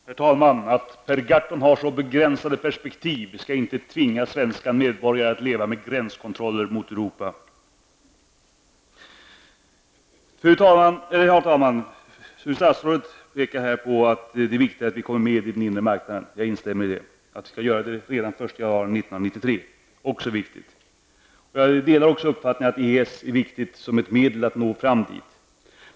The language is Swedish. Herr talman! Att Per Gahrton har så begränsade perspektiv skall inte innebära att svenska medborgare tvingas leva med gränskontroller mot Fru statsrådet pekar här på att det är viktigt att vi kommer med i den inre marknaden. Jag instämmer i det. Att vi skall göra det redan den 1 januari 1993 är också viktigt. Jag delar även uppfattningen EES är viktigt som ett medel att nå fram dit.